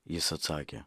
jis atsakė